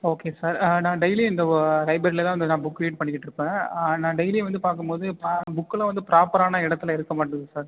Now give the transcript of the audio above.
okay sir நான் டெய்லியும் இந்த லைப்ரரில தான் வந்து நான் புக் ரீட் பண்ணிகிட்டுருப்பேன் நான் டெய்லியும் வந்து பார்க்கும்போது ப புக்குலாம் வந்து பிராப்பரான இடத்துல இருக்க மாட்டேங்குது சார்